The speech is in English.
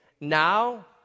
now